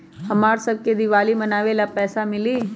हमरा शव के दिवाली मनावेला पैसा मिली?